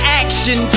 action